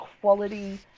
quality